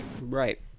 Right